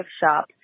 shop